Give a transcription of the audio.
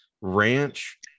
ranch